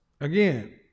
Again